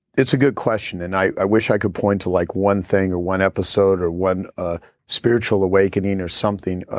it's a good question and i wish i could point to like one thing or one episode or one ah spiritual awakening or something,